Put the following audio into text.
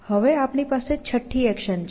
હવે આપણી પાસે છઠ્ઠી એક્શન છે